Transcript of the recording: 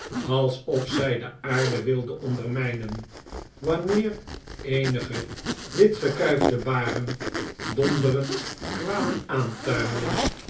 alsof zij de aarde wilde ondermijnen wanneer eenige witgekuifde baren donderend kwamen aantuimelen